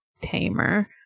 tamer